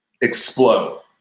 explode